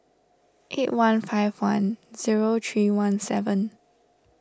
eight one five one zero three one seven